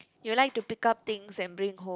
you like to pick up things and bring home